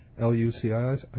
L-U-C-I-S